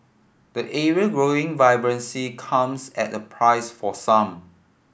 the area growing vibrancy comes at the price for some